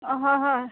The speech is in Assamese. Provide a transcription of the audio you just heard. অঁ হয় হয়